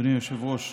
אדוני היושב-ראש,